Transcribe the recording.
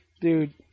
dude